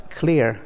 clear